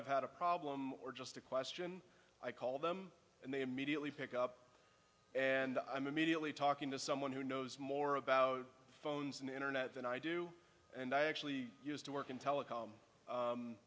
i've had a problem or just a question i call them and they immediately pick up and i'm immediately talking to someone who knows more about phones and internet than i do and i actually used to work in telecom